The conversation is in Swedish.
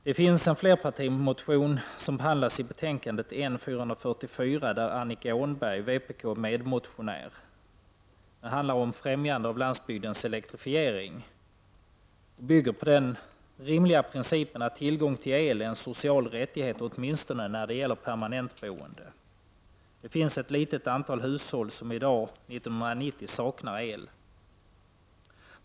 Det finns en flerpartimotion som behandlas i betänkandet, N444, där Annika Åhnberg från vpk är medmotionär. Den handlar om främjande av landsbygdens elektrifiering och bygger på den rimliga principen att tillgång till el är en social rättighet, åtminstone när det gäller permanent boende. Det finns ett litet antal hushåll som ännu i dag, år 1990, saknar el.